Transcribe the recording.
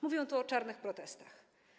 Mówię tu o czarnych protestach.